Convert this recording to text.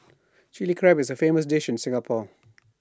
Chilli Crab is A famous dish in Singapore